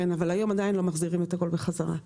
כן, אבל היום עדיין לא מחזירים הכול בחזרה.